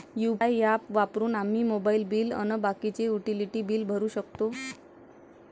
UPI app वापरून आम्ही mobile bill अन बाकीचे युटिलिटी बिल भरू शकतो